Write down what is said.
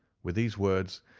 with these words,